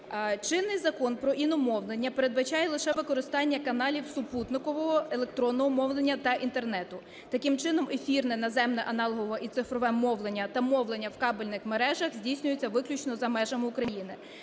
Чинний закон про іномовлення передбачає лише використання каналів супутникового, електронного мовлення та Інтернету. Таким чином ефірне наземне аналогове і цифрове мовлення та мовлення в кабельних мережах здійснюється виключно за межами України.